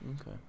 okay